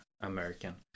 American